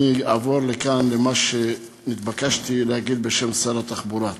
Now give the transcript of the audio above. אני אעבור מכאן למה שהתבקשתי להגיד בשם שר התחבורה.